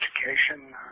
education